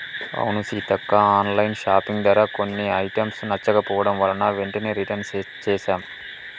అవును Seethakka online shopping ధర కొన్ని ఐటమ్స్ నచ్చకపోవడం వలన వెంటనే రిటన్ చేసాం